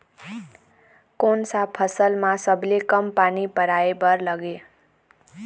कोन सा फसल मा सबले कम पानी परोए बर लगेल?